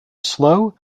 slow